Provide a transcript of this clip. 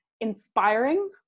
Inspiring